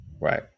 Right